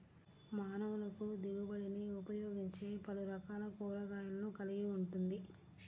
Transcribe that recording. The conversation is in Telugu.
మానవులకుదిగుబడినిఉపయోగించేపలురకాల కూరగాయలను కలిగి ఉంటుంది